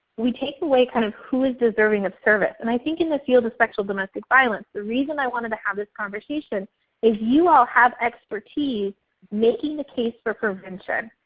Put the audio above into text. we take away kind of who's deserving of service. and i think in the field of sexual and domestic violence the reason i wanted to have this conversation is you all have expertise making the case for prevention.